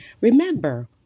Remember